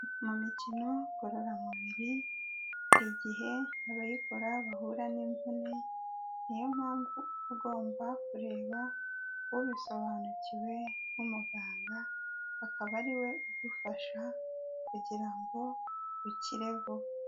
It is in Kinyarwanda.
Mu mikino ngororamubiri, hari gihe abayikora bahura n'imvune, niyo mpamvu uba ugomba kureba ubisobanukiwe, nk'umuganga, akaba ariwe ugufasha, kugira ngo, ukire vuba.